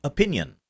Opinion